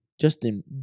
Justin